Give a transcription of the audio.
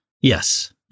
Yes